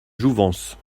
jouvence